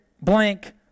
blank